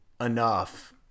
enough